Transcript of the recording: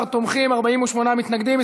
14 תומכים, 48 מתנגדים.